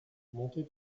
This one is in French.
montée